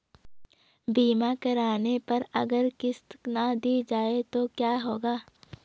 बीमा करने पर अगर किश्त ना दी जाये तो क्या होगा?